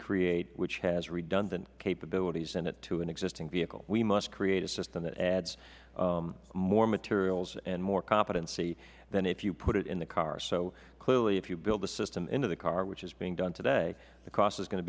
create which has redundant capabilities in it to an existing vehicle we must create a system that adds more materials and more competency than if you put it in the car so clearly if you build a system into the car which is being done today the cost is go